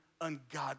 ungodly